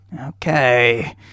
Okay